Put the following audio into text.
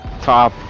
top